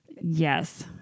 Yes